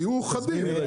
תהיו חדים,